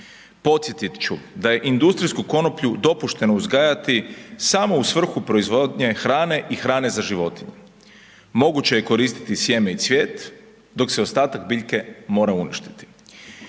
Posjetit ću da je industrijsku konoplju dopušteno uzgajati samo u svrhu proizvodnje hrane i hrane za životinje, moguće je koristiti sjeme i cvijet, dok se ostatak biljke mora uništiti.